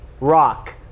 Rock